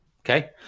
Okay